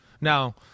Now